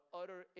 utter